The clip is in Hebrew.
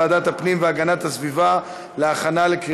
לוועדת הפנים והגנת הסביבה נתקבלה.